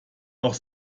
auch